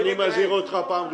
אני מזהיר אותך פעם ראשונה.